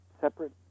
separate